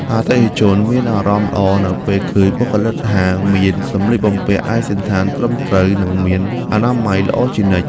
អតិថិជនមានអារម្មណ៍ល្អនៅពេលឃើញបុគ្គលិកហាងមានសម្លៀកបំពាក់ឯកសណ្ឋានត្រឹមត្រូវ និងមានអនាម័យល្អជានិច្ច។